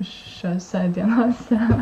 šiose dienose